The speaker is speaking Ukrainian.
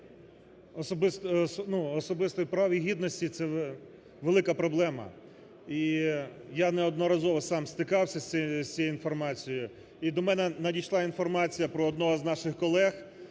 особистих прав і гідності, це велика проблема. І я неодноразово сам стикався з цією інформацією. І до мене надійшла інформація про одного з наших колег,